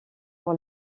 pour